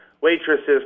waitresses